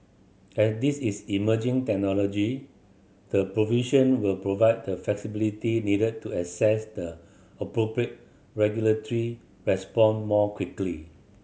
as this is emerging technology the provision will provide the flexibility needed to assess the appropriate regulatory response more quickly